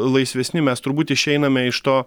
laisvesni mes turbūt išeiname iš to